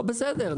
לא בסדר.